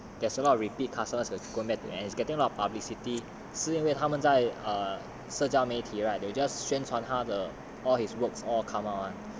err and there's a lot of repeat customers as compared to as getting a lot of publicity 是因为他们在社交媒体 right they just 宣传他的 all his work